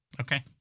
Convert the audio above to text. Okay